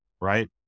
Right